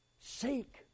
Seek